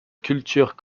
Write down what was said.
culture